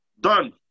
Done